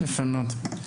יפה מאוד.